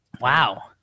Wow